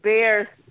Bears